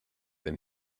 than